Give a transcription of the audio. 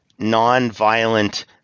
nonviolent